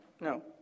No